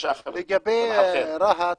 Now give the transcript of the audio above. לגבי רהט